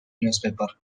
newspaper